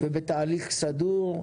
ובתהליך סדור,